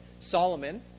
Solomon